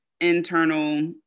internal